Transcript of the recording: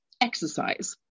exercise